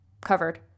covered